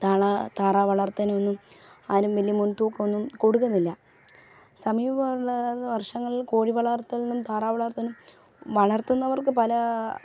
താളാ താറാവ് വളർത്താനും ഒന്നും ആരും വലിയ മുൻതൂക്കമൊന്നും കൊടുക്കുന്നില്ല സമീപം ഉള്ള വർഷങ്ങളിൽ കോഴി വളർത്തലിനും താറാവ് വളർത്തലും വളർത്തുന്നവർക്ക് പല